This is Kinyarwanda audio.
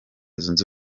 zunze